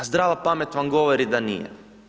Zdrava pamet vam govori da nije.